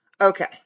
Okay